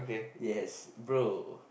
yes bro